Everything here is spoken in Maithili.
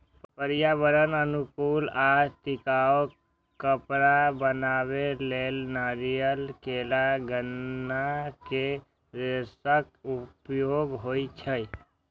पर्यावरण अनुकूल आ टिकाउ कपड़ा बनबै लेल नारियल, केला, गन्ना के रेशाक उपयोग होइ छै